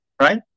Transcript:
right